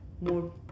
more